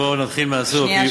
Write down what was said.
בא נתחיל מהסוף,